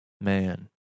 Man